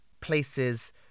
places